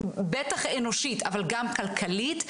בטח אנושית אבל גם כלכלית,